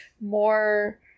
more